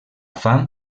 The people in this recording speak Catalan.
fam